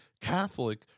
Catholic